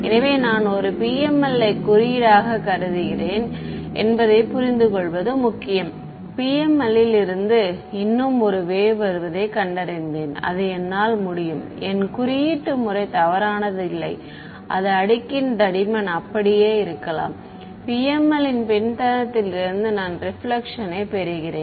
எனவே நான் ஒரு PML ஐ குறியீடாகக் கருதுகிறேன் என்பதைப் புரிந்துகொள்வது முக்கியம் PML ல் இருந்து இன்னும் ஒரு வேவ் வருவதைக் கண்டறிந்தேன் அது என்னால் முடியும் என் குறியீட்டு முறை தவறானது இல்லை அது அடுக்கின் தடிமன் அப்படியே இருக்கலாம் PML ன் பின்தளத்தில் இருந்து நான் ரெபிலேக்ஷன் யை பெறுகிறேன்